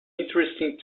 interesting